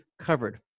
covered